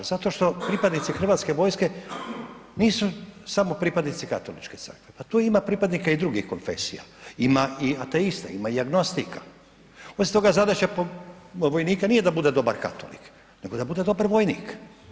Zato što pripadnici Hrvatske vojske nisu samo pripadnici Katoličke crkve, a tu ima pripadnika i drugih konfesija, ima i ateista, ima i agnostika, osim toga zadaća vojnika nije da bude dobar katolik nego da bude dobar vojnik.